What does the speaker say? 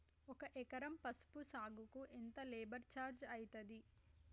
ఒక ఎకరం పసుపు సాగుకు ఎంత లేబర్ ఛార్జ్ అయితది?